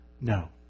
no